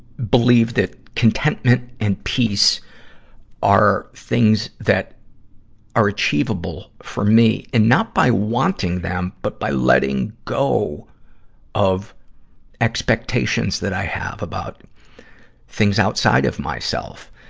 believe that contentment and peace are things that are achievable for me, and not by wanting them, but by letting go of expectations that i have about things outside of myself,